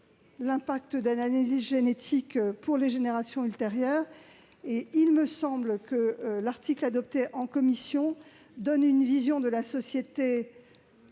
les effets d'analyses génétiques sur les générations ultérieures. Il me semble que l'article adopté en commission spéciale donne une vision de la société